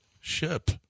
ship